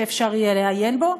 שאפשר יהיה לעיין בו,